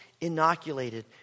inoculated